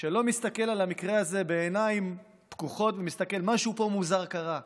שלא מסתכל על המקרה הזה בעיניים פקוחות ורואה שמשהו מוזר קרה פה,